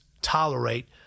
tolerate